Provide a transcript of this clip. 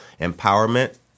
empowerment